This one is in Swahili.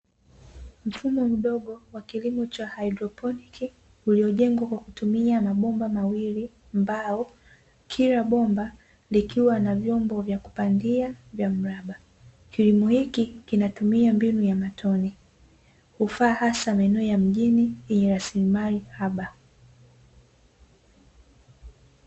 Mfumo mdogo wa kilimo cha "haidroponiki", uliojengwa kwa kutumia mabomba mawili mbao. Kila bomba likiwa na vyombo vya kupandia vya mraba. Kilimo hiki kinatumia mbinu ya matone, hufaa hasa maeneo ya mjini yenye rasilimali haba.